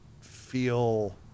feel